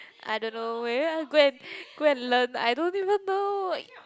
I don't know maybe I go and go and learn I don't even know